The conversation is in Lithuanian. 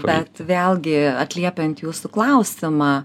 bet vėlgi atliepiant jūsų klausimą